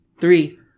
Three